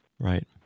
Right